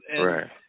Right